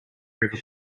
river